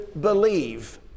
believe